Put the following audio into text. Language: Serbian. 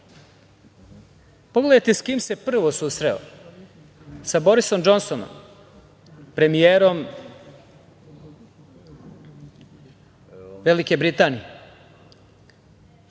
Pogledajte sa kim se prvo susreo, sa Borisom Džonsonom, premijerom Velike Britanije.